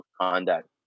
conduct